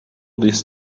this